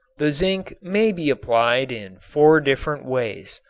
the zinc may be applied in four different ways.